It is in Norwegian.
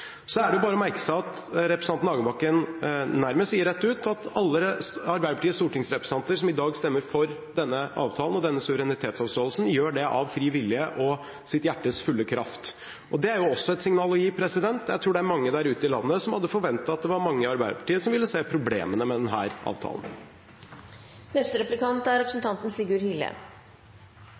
Så er det bare å merke seg at representanten Hagebakken nærmest sier rett ut at alle Arbeiderpartiets stortingsrepresentanter som i dag stemmer for denne avtalen og denne suverenitetsavståelsen, gjør det av fri vilje og sitt hjertes fulle kraft, og det er jo også et signal å gi. Jeg tror det er mange der ute i landet som hadde forventet at det var mange i Arbeiderpartiet som ville se problemene med denne avtalen. Jeg kan iallfall slå fast at i mitt parti er